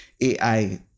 AI